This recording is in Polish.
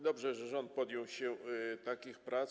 Dobrze, że rząd podjął się takich prac.